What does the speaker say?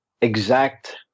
exact